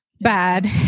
bad